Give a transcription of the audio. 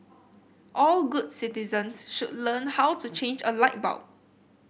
all good citizens should learn how to change a light bulb